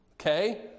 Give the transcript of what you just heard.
okay